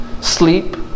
sleep